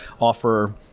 offer